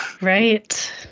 Right